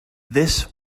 this